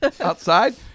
outside